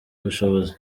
ubushobozi